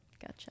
gotcha